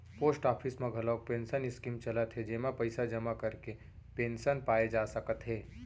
post office म घलोक pension scheme चलत हे जेमा पइसा जमा करके पेंसन पाए जा सकत हे